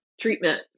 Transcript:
treatment